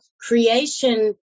creation